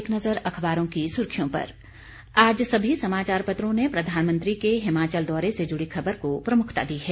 एक नज़र अखबारों की सुर्खियों पर आज सभी समाचार पत्रों ने प्रधानमंत्री के हिमाचल दौरे से जुड़ी खबर को प्रमुखता दी है